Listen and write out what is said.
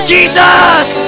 Jesus